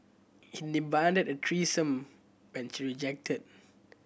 he demanded a threesome which she rejected